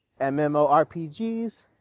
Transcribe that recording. MMORPGs